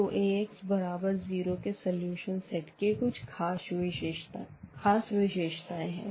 तो Ax बराबर 0 के सलूशन सेट की कुछ ख़ास विशेषताएँ है